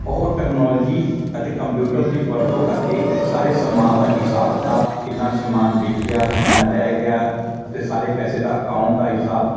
ਉਹ ਟਕਨੋਲਜੀ ਅਤੇ ਕੰਪਿਊਟਰ ਦੀ ਵਰਤੋਂ ਕਰਕੇ ਸਾਰੇ ਸਮਾਨ ਦਾ ਹਿਸਾਬ ਕਿਤਾਬ ਕਿੰਨਾ ਸਮਾਨ ਵਿਕ ਗਿਆ ਕਿੰਨਾ ਰਹਿ ਗਿਆ ਅਤੇ ਸਾਰੇ ਪੈਸੇ ਦਾ ਅਕਾਊਂਟ ਦਾ ਹਿਸਾਬ